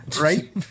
right